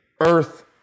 Earth